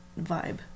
vibe